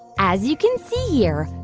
as you can see here,